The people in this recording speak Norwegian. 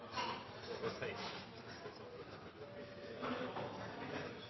Så skal